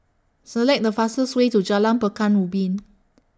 Select The fastest Way to Jalan Pekan Ubin